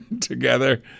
together